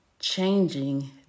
changing